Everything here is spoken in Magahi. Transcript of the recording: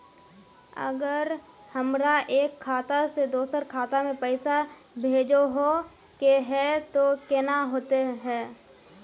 अगर हमरा एक खाता से दोसर खाता में पैसा भेजोहो के है तो केना होते है?